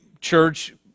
church